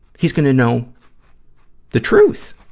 he's gonna know the truth,